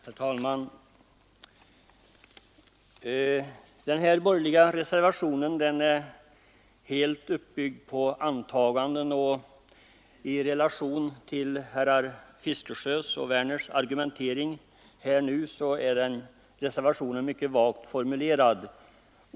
Herr talman! Den här borgerliga reservationen är helt uppbyggd på antaganden, och i relation till herrar Fiskesjös och Werners i Malmö argumentering nu är den mycket vagt formulerad.